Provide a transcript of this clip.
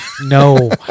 No